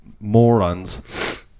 morons